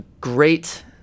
great